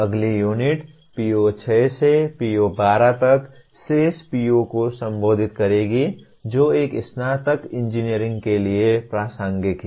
अगली unit PO 6 से PO 12 तक शेष PO को संबोधित करेगी जो एक स्नातक इंजीनियर के लिए प्रासंगिक हैं